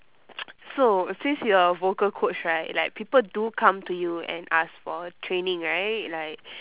so since you are a vocal coach right like people do come to you and ask for training right like